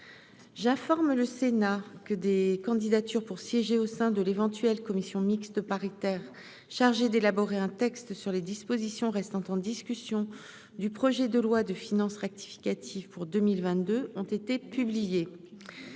j'informe le Sénat que des candidatures pour siéger au sein de l'éventuelle commission mixte paritaire chargée d'élaborer un texte sur les dispositions restant en discussion du projet de loi de finances rectificative pour 2022 ont été publiés